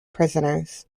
prisoners